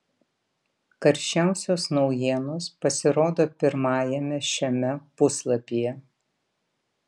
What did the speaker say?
karščiausios naujienos pasirodo pirmajame šiame puslapyje